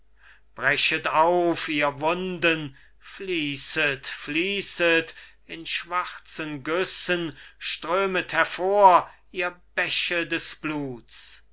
auf ihr wunden fließet fließet in schwarzen güssen strömet hervor ihr bäche des bluts